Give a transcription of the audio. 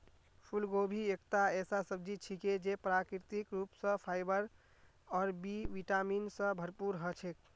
फूलगोभी एकता ऐसा सब्जी छिके जे प्राकृतिक रूप स फाइबर और बी विटामिन स भरपूर ह छेक